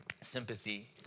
sympathy